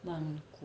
曼谷